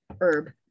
herb